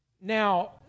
Now